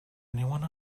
anyone